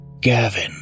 Gavin